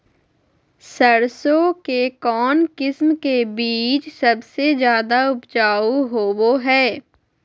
सरसों के कौन किस्म के बीच सबसे ज्यादा उपजाऊ होबो हय?